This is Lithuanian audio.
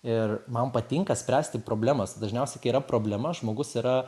ir man patinka spręsti problemas dažniausiai kai yra problema žmogus yra